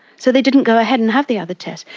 so they didn't go ahead and have the other tests.